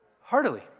Heartily